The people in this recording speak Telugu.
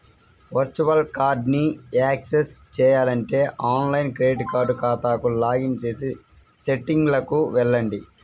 వర్చువల్ కార్డ్ని యాక్సెస్ చేయాలంటే ఆన్లైన్ క్రెడిట్ కార్డ్ ఖాతాకు లాగిన్ చేసి సెట్టింగ్లకు వెళ్లండి